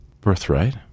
Birthright